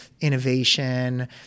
innovation